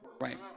Right